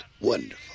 Wonderful